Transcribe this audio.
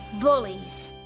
Bullies